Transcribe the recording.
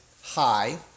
high